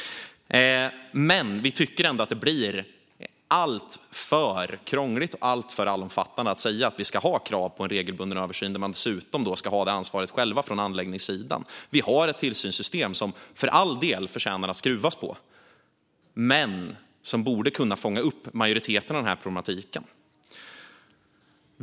Vi tycker att det blir alltför krångligt och alltför omfattande att säga att vi ska ha krav på en regelbunden översyn när man dessutom från anläggningssidan själv ska ha det ansvaret. Vi har ett tillsynssystem som för all del förtjänar att skruvas på men som borde kunna fånga upp majoriteten av de här problemen.